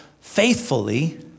faithfully